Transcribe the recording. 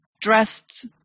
dressed